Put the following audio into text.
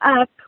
up